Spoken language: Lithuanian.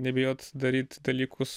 nebijot daryt dalykus